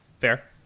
Fair